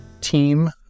team